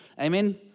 Amen